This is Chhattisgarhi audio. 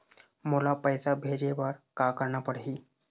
मोला पैसा भेजे बर का करना पड़ही?